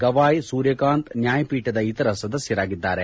ಗವಾಯ್ ಸೂರ್ಯಕಾಂತ್ ನ್ಯಾಯಪೀಠದ ಇತರ ಸದಸ್ಕರಾಗಿದ್ದಾರೆ